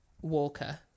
Walker